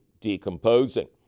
decomposing